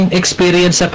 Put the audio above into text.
experience